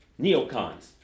neocons